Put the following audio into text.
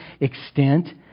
extent